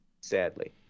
Sadly